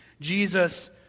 Jesus